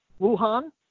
wuhan